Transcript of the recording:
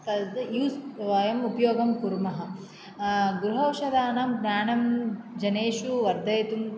तद् यूज़् वयम् उपयोगं कुर्मः गृहौषधानां ज्ञानं जनेषु वर्धयितुम्